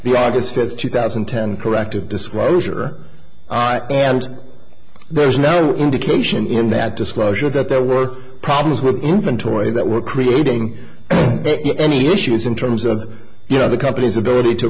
the august of two thousand and ten corrected disclosure and there's no indication in that disclosure that there were problems with the inventory that were creating any issues in terms of you know the company's ability to